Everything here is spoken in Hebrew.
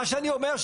מה שאני אומר,